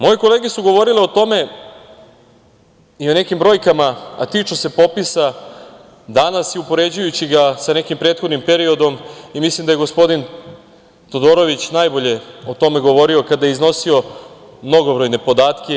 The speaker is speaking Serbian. Moje kolege su govorile o tome i o nekim brojkama, a tiču se popisa danas i upoređujući ga sa nekim prethodnim periodom i mislim da je gospodin Todorović najbolje o tome govorio kada je iznosio mnogobrojne podatke.